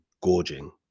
gorging